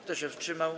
Kto się wstrzymał?